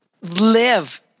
live